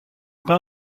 pas